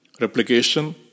replication